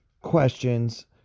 questions